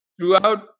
throughout